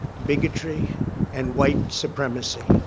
bigotry and white supremacy.